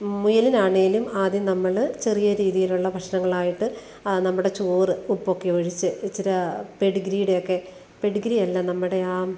മുയലിനാണേലും ആദ്യം നമ്മൾ ചെറിയെ രീതിയിലുള്ള ഭക്ഷണങ്ങളായിട്ട് നമ്മുടെ ചോറ് ഉപ്പൊക്കെ ഒഴിച്ച് ഇച്ചിരാ പെടിഗ്രീടെയൊക്കെ പെടിഗ്രിയല്ല നമ്മടെയാ